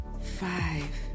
five